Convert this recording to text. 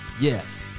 Yes